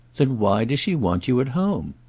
then why does she want you at home?